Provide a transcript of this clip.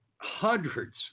hundreds